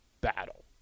battle